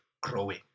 growing